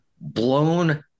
blown